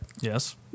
Yes